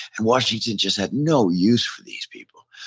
and washington just had no use for these people.